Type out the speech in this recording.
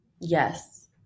Yes